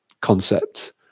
concept